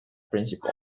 principal